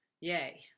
yay